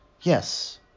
Yes